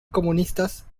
comunistas